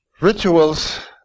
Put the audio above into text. rituals